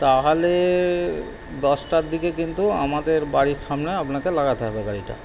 তাহলে দশটার দিকে কিন্তু আমাদের বাড়ির সামনে আপনাকে লাগাতে হবে গাড়িটা